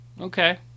Okay